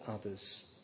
others